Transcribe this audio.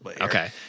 Okay